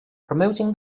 promoting